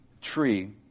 tree